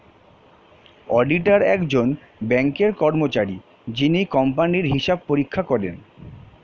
auditor একজন ব্যাঙ্কের কর্মচারী যিনি কোম্পানির হিসাব পরীক্ষা করেন